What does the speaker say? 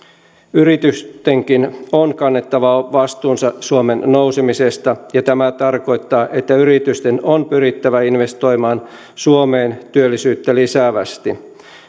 yritystenkin on kannettava vastuunsa suomen nousemisesta ja tämä tarkoittaa että yritysten on pyrittävä investoimaan suomeen työllisyyttä lisäävästi